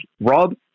Rob